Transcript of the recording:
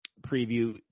preview